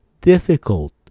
difficult